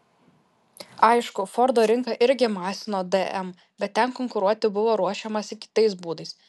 aišku fordo rinka irgi masino dm bet ten konkuruoti buvo ruošiamasi kitais būdais